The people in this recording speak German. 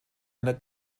einer